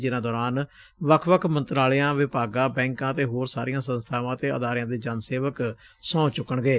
ਜਿਨਾਂ ਦੌਰਾਨ ਵੱਖ ਵੱਖ ਮੰਤਰਾਲਿਆਂ ਵਿਭਾਗਾਂ ਬੈਂਕਾਂ ਅਤੇ ਹੋਰ ਸਾਰੀਆਂ ਸੰਸਬਾਵਾਂ ਅਤੇ ਅਦਾਰਿਆਂ ਦੇ ਜਨ ਸੇਵਕ ਸਹੁੰ ਚੁੱਕਕਗੇ